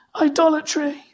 idolatry